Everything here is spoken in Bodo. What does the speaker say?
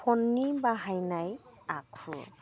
फ'ननि बाहायनाय आखु